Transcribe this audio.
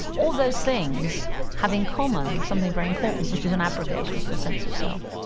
all of those things have in common something very important which is an abrogation of your sense of self.